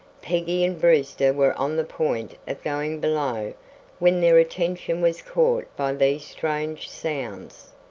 peggy and brewster were on the point of going below when their attention was caught by these strange sounds.